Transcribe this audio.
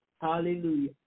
Hallelujah